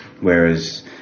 Whereas